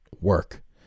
work